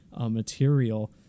material